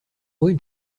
going